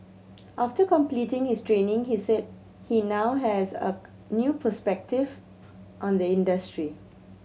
after completing his training he said he now has a new perspective on the industry